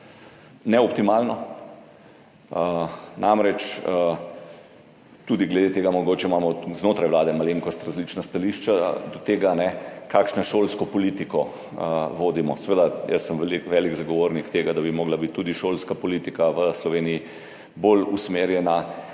neoptimalno. Namreč, tudi glede tega imamo mogoče znotraj vlade malenkost različna stališča, do tega, kakšno šolsko politiko vodimo. Jaz sem velik zagovornik tega, da bi morala biti tudi šolska politika v Sloveniji bolj usmerjena